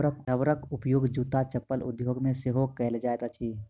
रबरक उपयोग जूत्ता चप्पल उद्योग मे सेहो कएल जाइत अछि